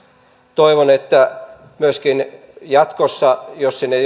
toivon että myöskin jatkossa jos sinne